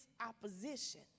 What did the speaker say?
opposition